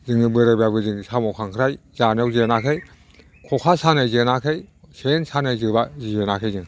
जोङो बोराइबाबो जोङो साम' खांख्राय जानायाव जेनाखै खखा सानायाव जेनाखै सेन सानाय जेनाखै जों